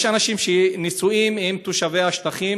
יש אנשים שנשואים לתושבי השטחים.